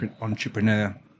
entrepreneur